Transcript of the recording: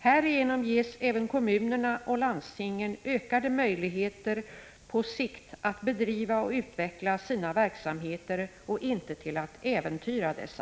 Härigenom ges även kommunerna och landstingen ökade möjligheter på sikt att bedriva och utveckla sina verksamheter och inte till att äventyra dessa.